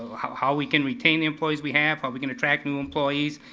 how how we can retain employees we have, how we can attract new employees.